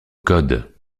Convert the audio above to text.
code